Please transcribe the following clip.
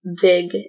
big